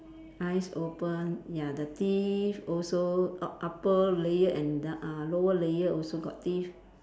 eyes open ya the teeth also uh upper layer and ‎d~ uh lower layer also got teeth